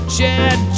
Chad